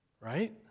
Right